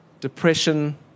depression